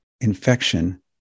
infection